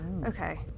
Okay